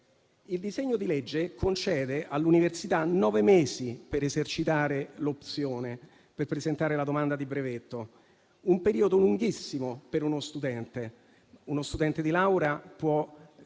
Il disegno di legge concede all'università nove mesi per esercitare l'opzione per presentare la domanda di brevetto, un periodo lunghissimo per uno studente: un laureando può